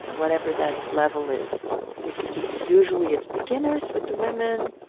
whatever that level is. so we can be usually it's beginners with the women,